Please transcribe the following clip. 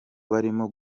barimo